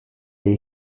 est